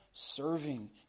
Serving